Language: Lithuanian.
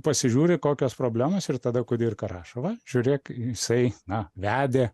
pasižiūri kokios problemos ir tada kudirka rašo va žiūrėk jisai na vedė